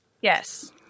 Yes